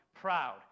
proud